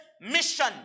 mission